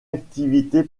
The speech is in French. activité